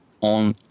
on